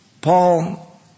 Paul